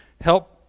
help